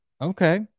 okay